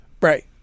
right